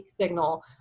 signal